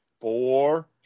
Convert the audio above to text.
Four